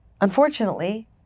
unfortunately